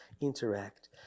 interact